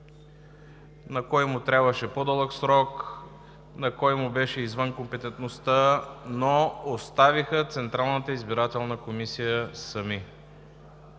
на кой му трябваше по-дълъг срок, на кой му беше извън компетентността, но оставиха Централната избирателна комисия сама.